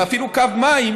אלא אפילו על קו מים,